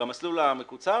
במסלול המקוצר,